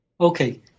Okay